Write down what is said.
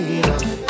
enough